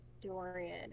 Dorian